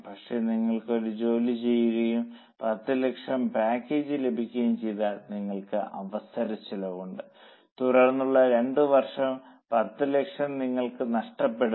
പക്ഷേ നിങ്ങൾ ഒരു ജോലി ചെയ്യുകയും 10 ലക്ഷം പാക്കേജ് ലഭിക്കുകയും ചെയ്താൽ നിങ്ങൾക്ക് അവസരച്ചെലവുണ്ട് തുടർന്നുള്ള 2 വർഷം 10 ലക്ഷം നിങ്ങൾക്ക് നഷ്ടപ്പെടും